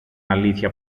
αλήθεια